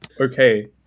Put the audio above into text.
okay